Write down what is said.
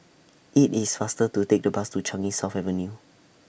IT IS faster to Take The Bus to Changi South Avenue